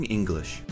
English